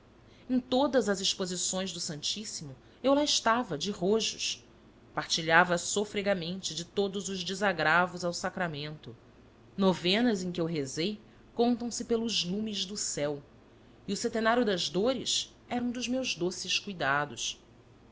em todas as exposições do santíssimo eu lá estava de rojos partilhava sofregamente de todos os desagravos ao sacramento novenas em que eu rezei contam se pelos lumes do céu e o setenário das dores era um dos meus doces cuidados